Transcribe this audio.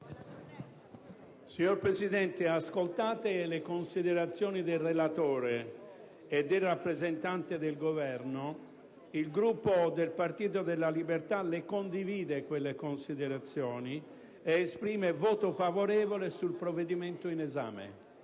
Signor Presidente, ascoltate le considerazioni del relatore e del rappresentante del Governo, il Gruppo del Popolo della Libertà le condivide ed esprime voto favorevole sul provvedimento in esame.